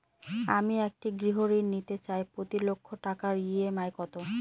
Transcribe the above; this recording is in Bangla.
আমি একটি গৃহঋণ নিতে চাই প্রতি লক্ষ টাকার ই.এম.আই কত?